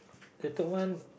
the third one